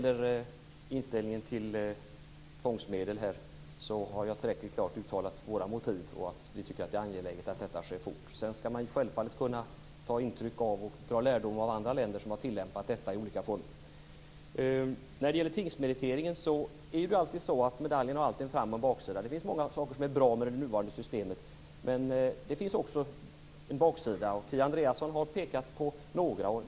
Herr talman! Jag vill ta upp tre saker. När det gäller inställningen till tvångsmedel har jag tillräckligt klart uttalat våra motiv och att vi tycker att det är angeläget att detta sker fort. Men självfallet skall man kunna ta intryck och dra lärdomar av andra länder som har tillämpat detta i olika former. När det gäller tingsmeritering är det ju alltid så att medaljen har en fram och en baksida. Det finns många saker som är bra med det nuvarande systemet. Men det finns också en baksida. Kia Andreasson har pekat på några saker.